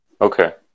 Okay